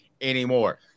anymore